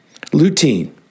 Lutein